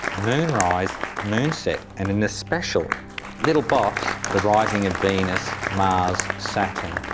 moonrise moonset, and in a special little box the rising of venus, mars, saturn,